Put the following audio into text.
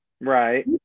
right